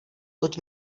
toť